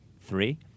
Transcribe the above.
three